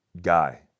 guy